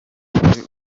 umuyobozi